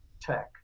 tech